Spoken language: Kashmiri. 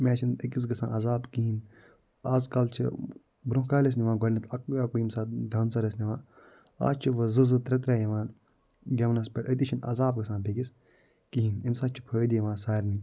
أمۍ آیہِ چھِنہٕ أکِس گژھان عزاب کِہیٖنۍ آز کَل چھِ برونٛہہ کالہِ ٲسۍ نِوان گۄڈٕنٮ۪تھ اَکُے اَکُے ییٚمہِ ساتہٕ ڈانسَر ٲسۍ نِوان آز چھِ وٕ زٕ زٕ ترٛےٚ ترٛےٚ یِوان گٮ۪ونَس پٮ۪ٹھ أتی چھِنہٕ عزاب گژھان بیٚکِس کِہیٖنۍ أمۍ سۭتۍ چھِ فٲیِدٕ یِوان سارنٕے